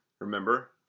Remember